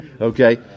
Okay